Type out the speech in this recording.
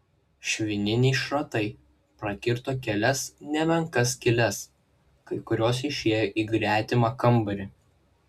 švininiai šratai prakirto kelias nemenkas skyles kai kurios išėjo į gretimą kambarį